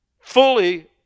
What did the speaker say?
fully